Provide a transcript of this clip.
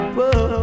Whoa